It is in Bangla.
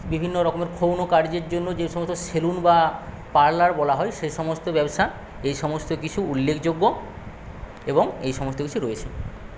বিভিন্ন রকমের ক্ষৌণ কার্যের জন্য যে সমস্ত সেলুন বা পার্লার বলা হয় সে সমস্ত ব্যবসা এই সমস্ত কিছু উল্লেখযোগ্য এবং এই সমস্ত কিছু রয়েছে